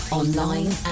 online